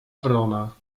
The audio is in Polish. wrona